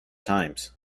times